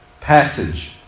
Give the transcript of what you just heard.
passage